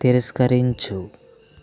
తిరస్కరించు